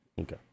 Okay